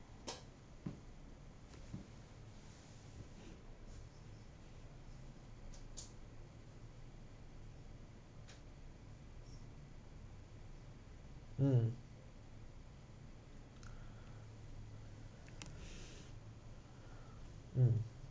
mm mm